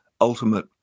ultimate